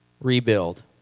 Rebuild